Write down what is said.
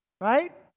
Right